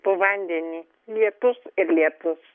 po vandenį lietus ir lietus